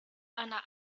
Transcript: einer